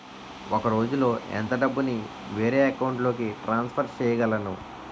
ఒక రోజులో ఎంత డబ్బుని వేరే అకౌంట్ లోకి ట్రాన్సఫర్ చేయగలను?